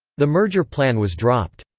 the merger plan was dropped.